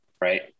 right